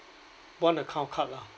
one account card lah